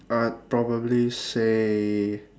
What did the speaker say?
I'd probably say